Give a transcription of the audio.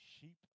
sheep